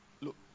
look